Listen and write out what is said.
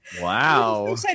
Wow